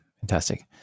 fantastic